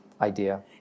idea